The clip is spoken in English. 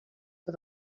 for